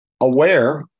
aware